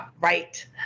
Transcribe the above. Right